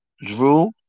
Drew